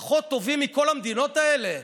פחות טובים מכל המדינות האלה?